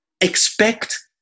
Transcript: expect